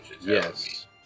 Yes